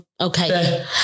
Okay